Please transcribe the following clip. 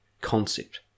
concept